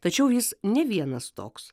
tačiau jis ne vienas toks